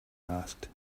asked